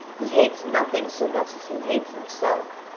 he hates nothing so much as he hates himself,